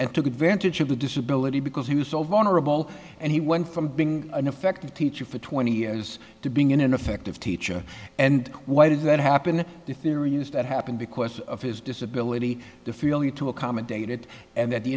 and took advantage of the disability because he was so vulnerable and he went from being an effective teacher for twenty as to being in an effective teacher and why does that happen if there is that happened because of his disability to feel you to accommodate it and that the